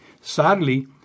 Sadly